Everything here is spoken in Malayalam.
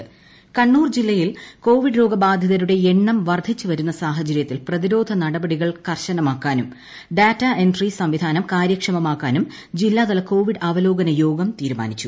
കണ്ണൂർ ഇൻട്രോ കണ്ണൂർ ജില്ലയിൽ കൊവിഡ് രോഗബാധിതരുടെ എണ്ണം വർധിച്ചു വരുന്ന സാഹചര്യത്തിൽ പ്രതിരോധ നടപടികൾ കർശനമാക്കാനും ഡാറ്റാ എൻട്രി സംവിധാനം കാര്യക്ഷമമാക്കാനും ജില്ലാതല കൊവിഡ് അവലോകന യോഗം തീരുമാനിച്ചു